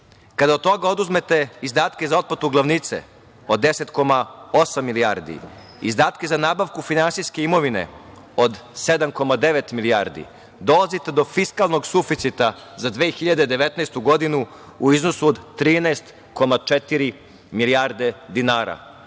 Kada od toga oduzmete izdatke za otplatu glavnice od 10,8 milijardi i izdatke za nabavku finansijske imovine od 7,9 milijardi dolazite do fiskalnog suficita za 2019. godinu, u iznosu od 13,4 milijarde dinara. Juče